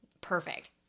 perfect